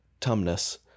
tumness